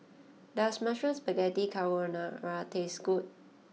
does Mushroom Spaghetti Carbonara taste good